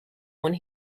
when